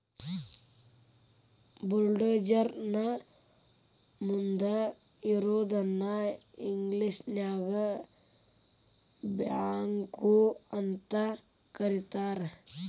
bulldozer ನ ಮುಂದ್ ಇರೋದನ್ನ ಇಂಗ್ಲೇಷನ್ಯಾಗ ಬ್ಯಾಕ್ಹೊ ಅಂತ ಕರಿತಾರ್